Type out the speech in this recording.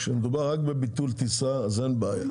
כאשר מדובר רק בביטול טיסה, אין בעיה.